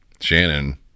Shannon